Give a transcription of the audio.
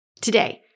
Today